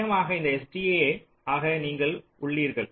அநேகமாக இந்த STA ஆக நீங்கள் உள்ளீர்கள்